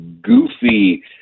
goofy